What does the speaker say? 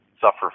suffer